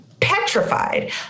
petrified